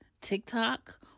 TikTok